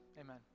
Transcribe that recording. Amen